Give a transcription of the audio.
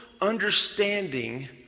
understanding